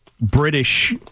British